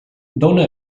dóna